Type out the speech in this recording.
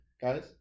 guys